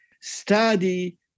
study